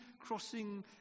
crossing